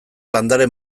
landare